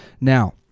now